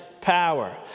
power